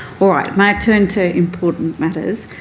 all right. may i turn to important matters?